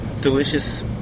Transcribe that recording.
delicious